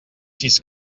sis